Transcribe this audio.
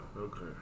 Okay